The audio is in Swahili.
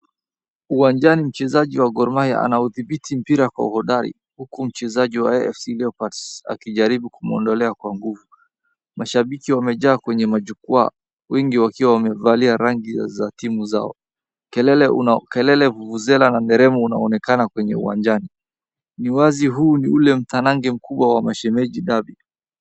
Uwanjani mchezo wa Gor Mahia anaudhibiti mpira kwa uhodari huku mchezaji wa FC Leopards akijaribu kumuondelea kwa nguvu. Mashabiki wamejaa kwenye majukwa, wengi wakiwa wamevalia rangi za timu zao. Kelele, vuvuzela na nderemo unaonekana kwenye uwanjani. Ni wazi huu ni ule mtarange mkubwa ule wa Mashemeji Derby.